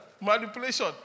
Manipulation